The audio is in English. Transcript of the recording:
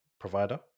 provider